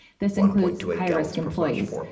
this includes high-risk employees.